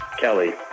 Kelly